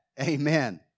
Amen